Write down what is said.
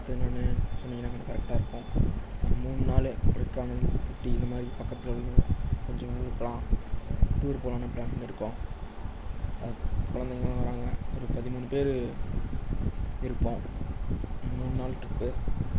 பார்த்து என்னன்னு சொன்னிங்கன்னா கொஞ்சம் கரெக்டாக இருக்கும் ஒரு மூணு நாலு கொடைக்கானல் ஊட்டி இந்தமாதிரி பக்கத்தில் உள்ள கொஞ்சம் ஊருக்கெல்லாம் டூர் போலாம்னு பிளான் பண்ணியிருக்கோம் குழந்தைங்களும் வர்றாங்க ஒரு பதிமூணு பேர் இருப்போம் மூணு நாள் ட்ரிப்பு